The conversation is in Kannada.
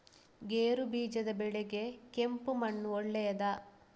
ಗೇರುಬೀಜದ ಬೆಳೆಗೆ ಕೆಂಪು ಮಣ್ಣು ಒಳ್ಳೆಯದಾ?